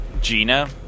Gina